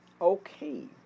Okay